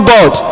God